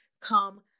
come